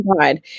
God